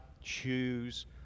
choose